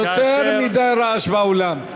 יותר מדי רעש באולם.